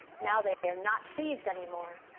now they are not seeds anymore.